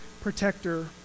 protector